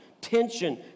tension